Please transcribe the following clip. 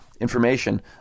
information